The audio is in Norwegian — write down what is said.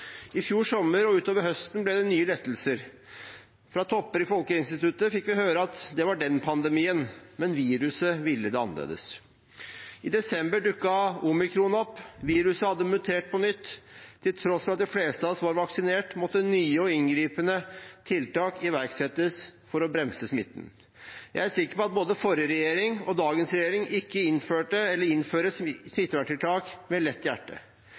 I fjor sommer og utover høsten ble det nye lettelser. Fra topper i Folkehelseinstituttet fikk vi høre: Det var den pandemien. Men viruset ville det annerledes. I desember dukket omikron opp, viruset hadde mutert på nytt. Til tross for at de fleste av oss var vaksinert, måtte nye og inngripende tiltak iverksettes for å bremse smitten. Jeg er sikker på at både forrige regjering og dagens regjering ikke innfører smitteverntiltak med lett hjerte.